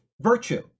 virtue